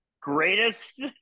greatest